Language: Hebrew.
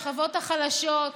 השכבות החלשות,